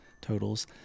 totals